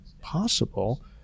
possible